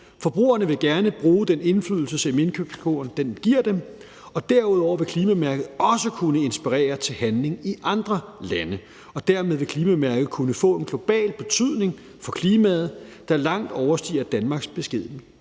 Forbrugerne vil gerne bruge den indflydelse, som indkøbskurven giver dem, og derudover vil klimamærket også kunne inspirere til handling i andre lande, og dermed vil klimamærket kunne få en global betydning for klimaet, der langt overstiger Danmarks beskedne